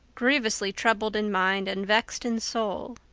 grievously troubled in mind and vexed in soul.